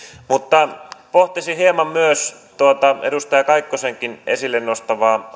mutta pohtisin hieman myös edustaja kaikkosenkin esille nostamaa